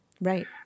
right